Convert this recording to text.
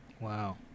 Wow